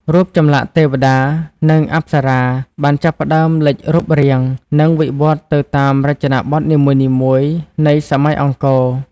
រូបចម្លាក់ទេវតា និងអប្សរា បានចាប់ផ្តើមលេចរូបរាង និងវិវត្តទៅតាមរចនាបថនីមួយៗនៃសម័យអង្គរ។